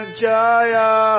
jaya